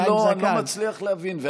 אני לא מצליח להבין.